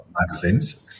magazines